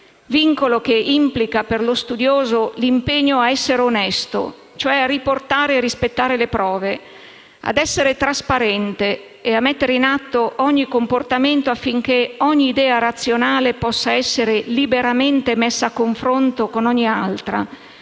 vincolo che implica per lo studioso l'impegno a essere onesto, cioè a riportare e rispettare le prove, ad essere trasparente e a mettere in atto ogni comportamento affinché ogni idea razionale possa essere liberamente messa a confronto con ogni altra,